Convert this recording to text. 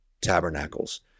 tabernacles